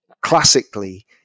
Classically